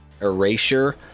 erasure